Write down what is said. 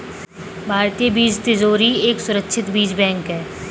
भारतीय बीज तिजोरी एक सुरक्षित बीज बैंक है